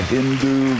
Hindu